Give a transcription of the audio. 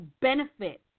benefit